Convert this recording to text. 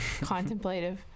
contemplative